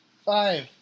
Five